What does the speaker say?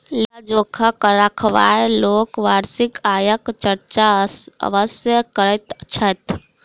लेखा जोखा राखयबाला लोक वार्षिक आयक चर्चा अवश्य करैत छथि